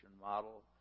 model